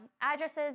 addresses